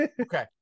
Okay